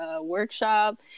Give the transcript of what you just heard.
workshop